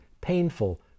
painful